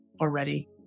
already